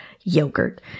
yogurt